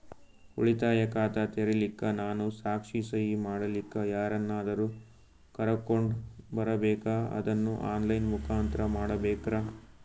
ಉಳಿತಾಯ ಖಾತ ತೆರಿಲಿಕ್ಕಾ ನಾನು ಸಾಕ್ಷಿ, ಸಹಿ ಮಾಡಲಿಕ್ಕ ಯಾರನ್ನಾದರೂ ಕರೋಕೊಂಡ್ ಬರಬೇಕಾ ಅದನ್ನು ಆನ್ ಲೈನ್ ಮುಖಾಂತ್ರ ಮಾಡಬೇಕ್ರಾ?